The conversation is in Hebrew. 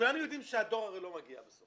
כולנו יודעים שהדואר הרי לא מגיע בסוף.